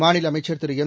மாநிலஅமைச்சர் Thiru M